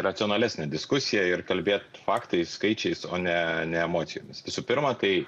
racionalesnę diskusiją ir kalbėt faktais skaičiais o ne ne emocijomis visų pirma kai